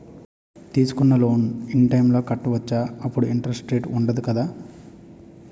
తీసుకున్న loan in time లో కట్టవచ్చ? అప్పుడు ఇంటరెస్ట్ వుందదు కదా?